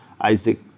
Isaac